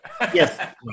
Yes